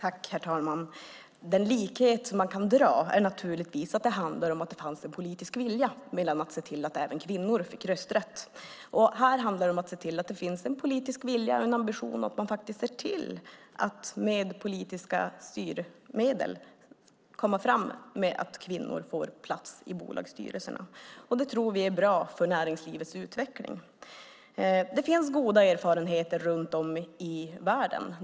Herr talman! Den likhet man kan se är att det fanns en politisk vilja att se till att även kvinnor fick rösträtt. Här handlar det om att se till att det finns en politisk vilja och att man ser till att med politiska styrmedel komma fram så att kvinnor får plats i bolagsstyrelserna. Det är bra för näringslivets utveckling. Det finns goda erfarenheter runt om i världen.